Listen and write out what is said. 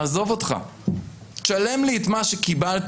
עזוב אותך, שלם לי את מה שקיבלת.